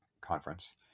conference